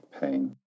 pain